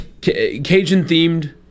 Cajun-themed